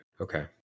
Okay